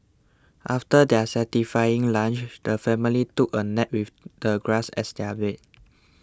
after their satisfying lunch the family took a nap with the grass as their bed